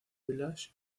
village